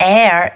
Air